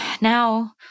Now